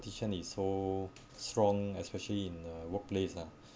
~tition is so strong especially in a workplace lah